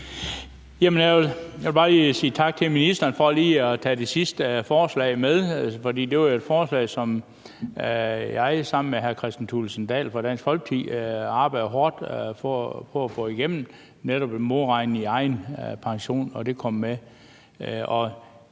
Jeg vil bare lige sige tak til ministeren for at tage det sidste forslag med. For det var jo et forslag, som jeg sammen med hr. Kristian Thulesen Dahl fra Dansk Folkeparti arbejdede hårdt på at få igennem, altså at netop modregningen i egen pension kom med,